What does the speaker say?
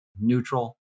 neutral